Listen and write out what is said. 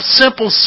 simple